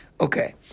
Okay